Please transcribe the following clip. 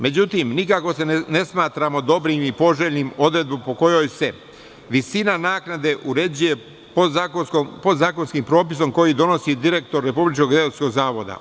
Međutim, nikako ne smatramo dobrim i poželjnim odredbu po kojoj se visina naknade uređuje podzakonskim propisom koji donosi direktor Republičkog geodetskog zavoda.